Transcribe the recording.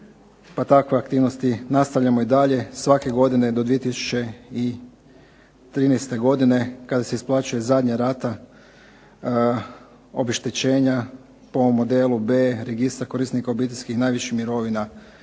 takve aktivnosti nastavljamo i dalje svake godine do 2013. godine kada se isplaćuje zadnja rata obeštećenja po ovom modelu B registra korisnika obiteljskih najviših mirovina